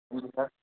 sir